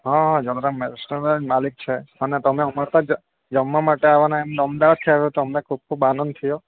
હા જલારામ રેસ્ટરન્ટના માલિક છે અને તમે અમાર તા જમવા માટે આવવાના અમદાવાદથી આવ્યા તો અમને ખુબ ખુબ આનંદ થ્યો